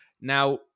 now –